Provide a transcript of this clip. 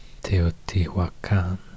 Teotihuacan